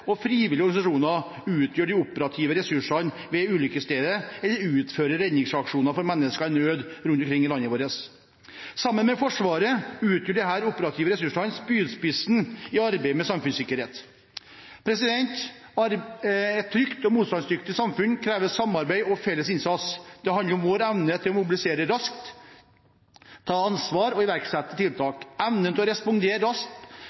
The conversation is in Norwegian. og frivillige organisasjoner, utgjør de operative ressursene ved ulykkesstedet, eller utfører redningsaksjoner for mennesker i nød rundt omkring i landet vårt. Sammen med Forsvaret utgjør disse operative ressursene spydspissen i arbeidet med samfunnssikkerhet. Et trygt og motstandsdyktig samfunn krever samarbeid og felles innsats. Det handler om vår evne til å mobilisere raskt, ta ansvar og iverksette